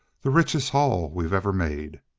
the richest haul we ever made!